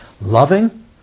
Loving